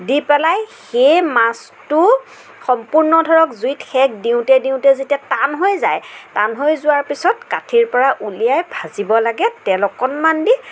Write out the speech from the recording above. দি পেলাই সেই মাছটো সম্পূৰ্ণ ধৰক জুইত সেক দিওঁতে দিওঁতে যেতিয়া টান হৈ যায় টান হৈ যোৱাৰ পিছত কাঠিৰ পৰা উলিয়াই ভাজিব লাগে তেল অকণমান দি